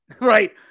right